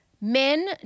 men